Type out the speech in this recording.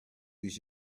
use